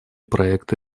проекта